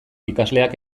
ikasleak